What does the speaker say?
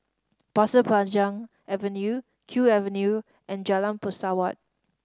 Pasir Panjang Avenue Kew Avenue and Jalan Pesawat